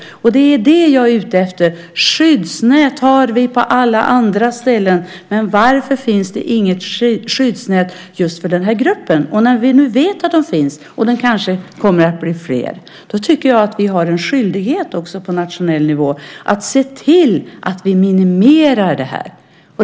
Det är detta som jag är ute efter. Skyddsnät har vi på alla andra ställen. Men varför finns det inget skyddsnät för just den här gruppen människor? När vi nu vet att de finns och kanske blir fler tycker jag att vi har en skyldighet också på nationell nivå att se till att det här problemet minimeras.